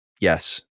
Yes